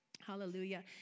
Hallelujah